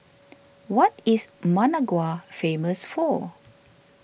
what is Managua famous for